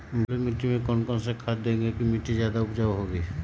बलुई मिट्टी में कौन कौन से खाद देगें की मिट्टी ज्यादा उपजाऊ होगी?